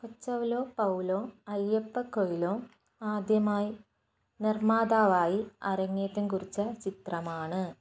കൊചൗലോ Paulo Ayyappa Coelho ആദ്യമായി നിർമ്മാതാവായി അരങ്ങേറ്റം കുറിച്ച ചിത്രമാണ്